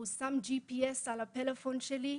הוא שם מערכת ג'י פי אס על הטלפון שלי,